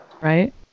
right